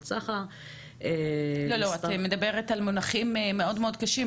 סחר --- את מדברת על מונחים מאוד-מאוד קשים,